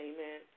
Amen